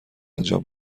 انجام